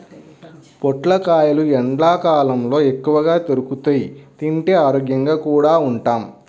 పొట్లకాయలు ఎండ్లకాలంలో ఎక్కువగా దొరుకుతియ్, తింటే ఆరోగ్యంగా కూడా ఉంటాం